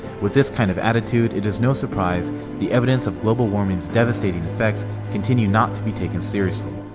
with this kind of attitude it is no surprise the evidence of global warming's devastating effects continue not to be taken seriously.